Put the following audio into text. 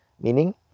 meaning